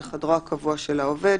בחדרו הקבוע של העובד,